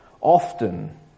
often